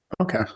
Okay